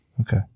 Okay